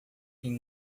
tem